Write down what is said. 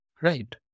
Right